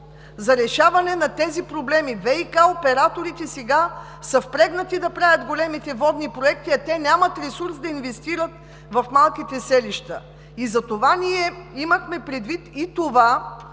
за решаване на тези проблеми. ВиК операторите сега са впрегнати да правят големите водни проекти, а те нямат ресурс да инвестират в малките селища. Ние имахме предвид това